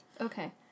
Okay